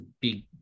big